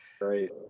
Great